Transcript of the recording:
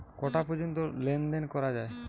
কটা পর্যন্ত লেন দেন করা য়ায়?